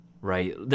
right